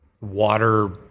water